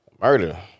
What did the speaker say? murder